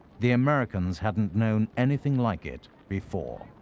the americans hadn't known anything like it before.